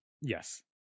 Yes